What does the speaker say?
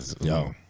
yo